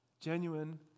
genuine